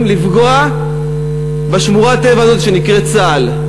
לפגוע בשמורת הטבע הזאת שנקראת צה"ל.